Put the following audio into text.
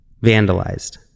vandalized